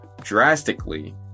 drastically